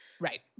Right